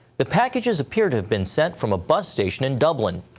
the packages appear to have been sent from a bus station in dublin.